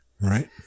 Right